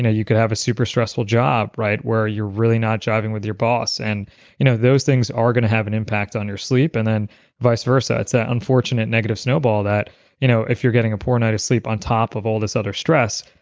yeah you could have a super stressful job where you're really not jiving with your boss and you know those things are going to have an impact on your sleep and then vice versa. it's an ah unfortunate negative snowball that you know if you're getting a poor night of sleep on top of all this other stress,